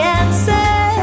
answer